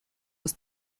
was